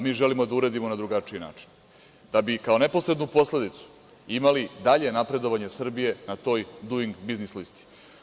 Mi želimo da uredimo na drugačiji način, da bi kao neposrednu posledicu imali dalje napredovanje Srbiji na toj „Duing biznis listi“